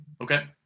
okay